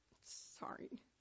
Sorry